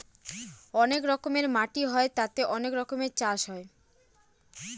অনেক রকমের মাটি হয় তাতে অনেক রকমের চাষ হয়